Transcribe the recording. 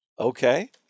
Okay